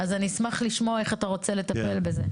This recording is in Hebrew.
אז אני אשמח לשמוע איך אתה רוצה לטפל בזה.